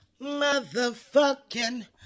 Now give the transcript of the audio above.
motherfucking